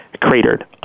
cratered